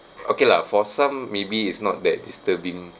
okay lah for some maybe is not that disturbing